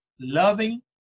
loving